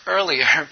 earlier